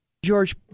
George